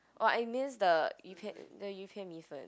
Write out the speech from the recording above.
oh I miss the 鱼片:Yu-Pian the 鱼片米粉:Yu-Pian-Mi-Fen